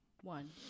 one